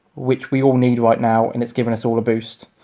which we all need right now. and it's given us all a boost.